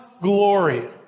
glory